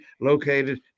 located